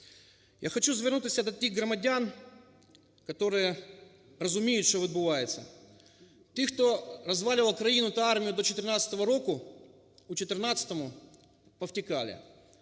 Я хочу звернутись до тих громадян, которыерозуміють, щовідбуваються. Ті, хто розвалював країну та армію до 14-о року, у 14-у повтікали.